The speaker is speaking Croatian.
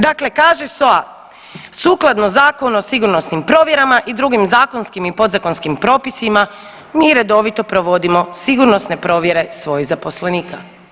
Dakle kaže SOA sukladno Zakonu o sigurnosnim provjerama i drugim zakonskim i podzakonskim propisima mi redovito provodimo sigurnosne provjere svojih zaposlenika.